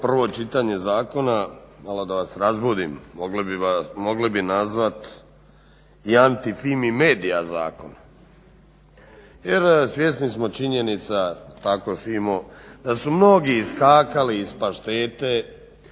prvo čitanje zakona, malo da vas razbudim, mogli bi nazvati i antifimimedija zakon. Jer svjesni smo činjenica da su mnogi iskakali iz paštete,